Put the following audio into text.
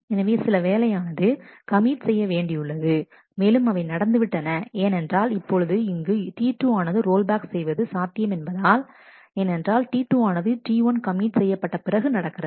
எனவே சில வேலையானது கமிட் செய்ய வேண்டியுள்ளது மேலும் அவை நடந்துவிட்டன ஏனென்றால் இப்பொழுது இங்கு T2 ஆனது ரோல்பேக் செய்வது சாத்தியம் என்பதால் ஏனென்றால் T2 ஆனது T1 கமிட் செய்யப்பட்ட பிறகு நடக்கிறது